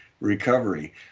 recovery